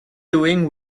doing